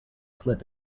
slip